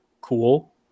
cool